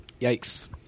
Yikes